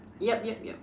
yup yup yup